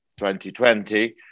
2020